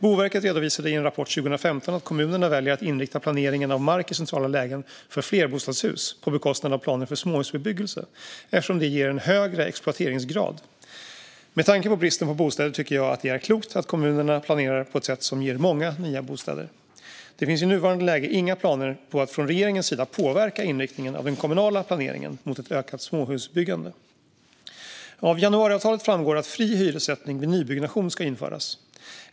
Boverket redovisade i en rapport 2015 att kommunerna väljer att inrikta planeringen av mark i centrala lägen för flerbostadshus på bekostnad av planer för småhusbebyggelse eftersom det ger en högre exploateringsgrad. Med tanke på bristen på bostäder tycker jag att det är klokt att kommunerna planerar på ett sätt som ger många nya bostäder. Det finns i nuvarande läge inga planer på att från regeringens sida påverka inriktningen av den kommunala planeringen mot ett ökat småhusbyggande. Av januariavtalet framgår att fri hyressättning vid nybyggnation ska införas.